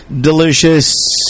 delicious